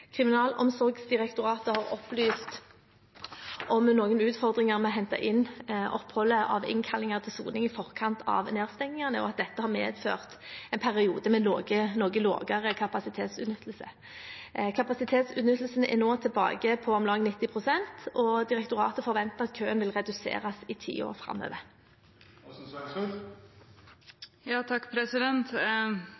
Kriminalomsorgsdirektoratet har opplyst om noen utfordringer med å hente inn oppholdet av innkalling til soning i forkant av nedstengingene og at dette har medført en periode med noe lavere kapasitetsutnyttelse. Kapasitetsutnyttelsen er nå tilbake på om lag 90 pst., og direktoratet forventer at køen vil reduseres i tiden framover.